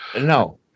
No